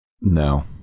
No